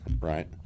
Right